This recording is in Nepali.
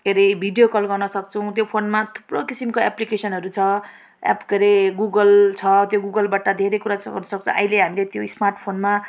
के अरे भिडियो कल गर्न सक्छौँ त्यो फोनमा थुप्रो किसिमको एप्लिकेसनहरू छ एप्प के अरे गुगल छ त्यो गुगलबाट धेरै कुरा चलाउनु सक्छौँ अहिले हामीले त्यो स्मार्टफोनमा